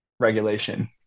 regulation